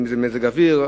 מזג אוויר.